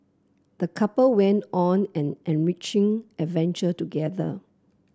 the couple went on an enriching adventure together